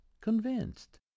convinced